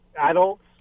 adults